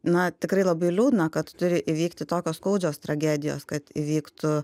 na tikrai labai liūdna kad turi įvykti tokios skaudžios tragedijos kad įvyktų